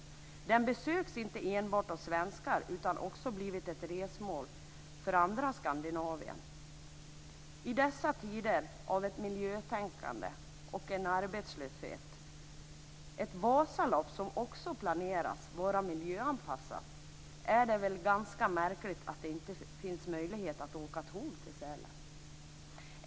Fjällen besöks inte enbart av svenskar, utan har också blivit ett resmål för andra skandinaver. I dessa tider av miljötänkande och arbetslöshet - t.o.m. Vasaloppet planeras att miljöanpassas - är det väl märkligt att det inte finns möjlighet att åka tåg till Sälen?